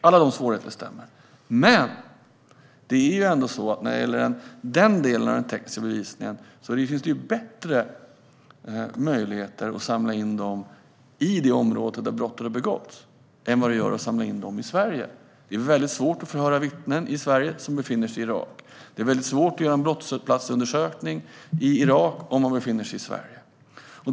Alla de svårigheterna stämmer. Men det är ändå så när det gäller den delen av den tekniska bevisningen att det finns bättre möjligheter att samla in den i det område där brottet har begåtts än vad det gör att samla in den i Sverige. Det är väldigt svårt att i Sverige förhöra vittnen som befinner sig i Irak. Det är väldigt svårt att göra en brottsplatsundersökning i Irak om man befinner sig i Sverige.